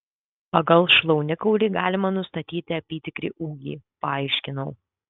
pagal šlaunikaulį galima nustatyti apytikrį ūgį paaiškinau